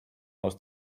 aus